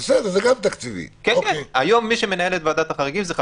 היום מי שמנהל את ועדת החריגים זה חשכ"ל.